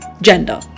gender